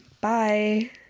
Bye